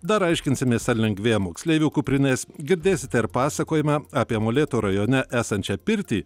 dar aiškinsimės ar lengvėja moksleivių kuprinės girdėsite ir pasakojimą apie molėtų rajone esančią pirtį